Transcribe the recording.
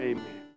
Amen